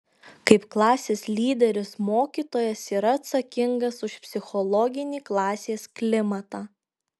kaip klasės lyderis mokytojas yra atsakingas už psichologinį klasės klimatą